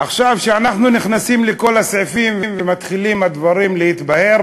עכשיו כשאנחנו נכנסים לכל הסעיפים והדברים מתחילים להתבהר,